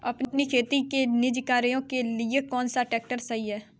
अपने खेती के निजी कार्यों के लिए कौन सा ट्रैक्टर सही है?